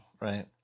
right